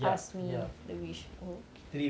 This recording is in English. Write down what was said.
ya ya three wishes